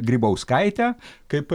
grybauskaite kaip